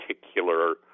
particular